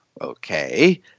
okay